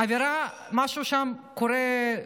האווירה, משהו שם קורה,